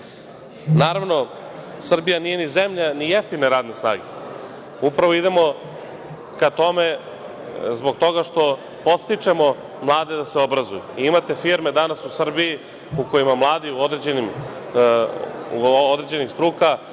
ministru. Naravno, Srbija nije zemlja ni jeftine radne snage. Upravo idemo ka tome zbog toga što podstičemo mlade da se obrazuju. Imate firme danas u Srbiji u kojima mladi određenih struka